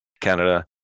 Canada